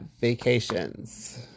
vacations